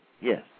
Yes